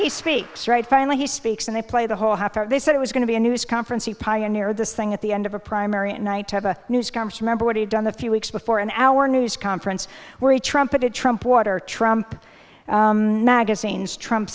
he speaks right finally he speaks and they play the whole half hour they said it was going to be a news conference he pioneered this thing at the of a primary and night of a news comes to member what he done a few weeks before an hour news conference where he trumpeted trump water trump magazine's trump